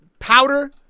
Powder